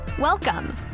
Welcome